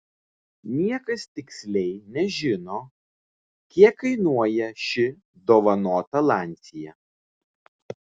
niekas tiksliai nežino kiek kainuoja ši dovanota lancia